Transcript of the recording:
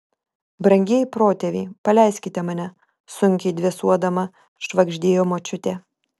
brangieji protėviai paleiskite mane sunkiai dvėsuodama švagždėjo močiutė